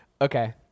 Okay